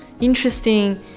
interesting